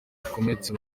bakomeretse